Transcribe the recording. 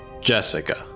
Jessica